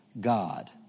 God